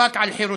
הנאבק על חירותו.